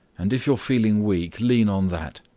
and if you're feeling weak, lean on that.